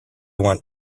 want